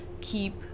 keep